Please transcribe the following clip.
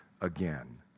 again